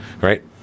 right